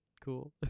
cool